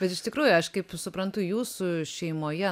bet iš tikrųjų aš kaip suprantu jūsų šeimoje